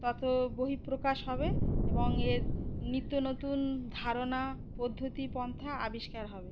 তত বহিঃপ্রকাশ হবে এবং এর নিত্য নতুন ধারণা পদ্ধতি পন্থা আবিষ্কার হবে